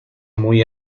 muy